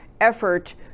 effort